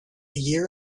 year